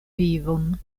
vivon